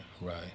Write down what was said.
right